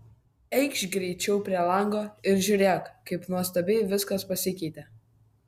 eikš greičiau prie lango ir žiūrėk kaip nuostabiai viskas pasikeitė